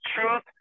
truth